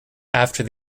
after